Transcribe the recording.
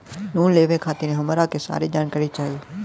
Loan लेवे खातीर हमरा के सारी जानकारी चाही?